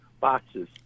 boxes